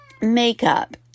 makeup